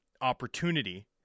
opportunity